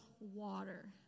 water